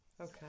Okay